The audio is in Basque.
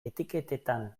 etiketetan